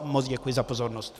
Moc vám děkuji za pozornost.